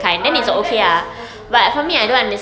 ah you like the synchro~ synchro~ kind lah